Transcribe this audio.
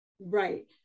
right